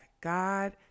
God